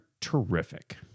terrific